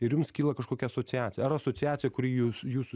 ir jums kyla kažkokia asociacija ar asociacija kuri jus jūsų